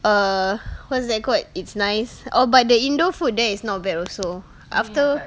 err what's that called it's nice oh but the indo food there is not bad also after